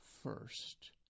First